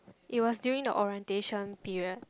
it was during the orientation period